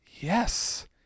yes